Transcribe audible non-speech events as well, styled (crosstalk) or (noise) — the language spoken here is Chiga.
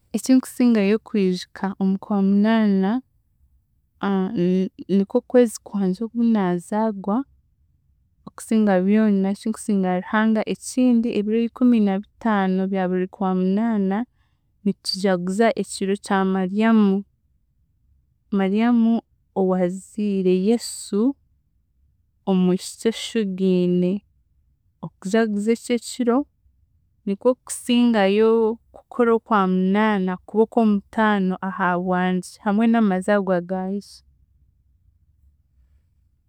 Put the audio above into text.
Ekinkusingayo kwijuka omu Kwamunaana (hesitation) ni- nikwe kwezi kwangye oku naazaagwa okusinga byona eki nkusiimira Ruhanga ekindi ebiro ikumi na bitaano bya buri Kwamunaana, nitujaguza ekiro kya Mariam, Mariamm owaaziire Yesu omwishiki oshugiine, okujagua eki ekiro nikwo kusingayo kukora Okwamunaana kuba okw'omutaano ahabwangye hamwe n'amazaagwa gangye.